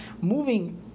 moving